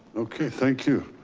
okay, thank you,